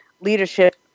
leadership